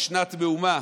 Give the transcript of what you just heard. בשנת מהומה,